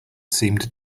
seemed